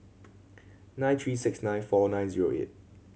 nine three six nine four nine zero eight